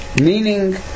meaning